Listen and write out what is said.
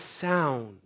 sound